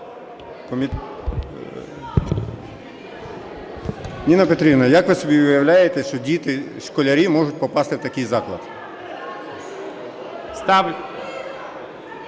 Ніна Петрівна, як ви собі уявляєте, що діти-школярі можуть попасти в такий заклад?